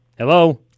Hello